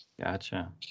Gotcha